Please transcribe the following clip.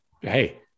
hey